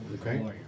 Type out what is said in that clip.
Okay